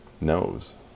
knows